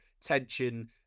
tension